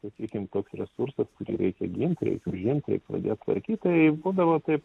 sakykim toks resursas kurį reikia gint reik užimt reik pradėt tvarkyt tai būdavo taip